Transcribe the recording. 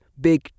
big